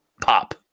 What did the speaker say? pop